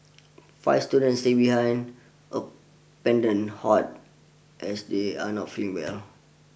five students stay behind a Pendant Hut as they are not feeling well